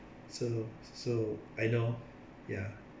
so so I know ya